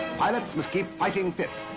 pilots must keep fighting fit.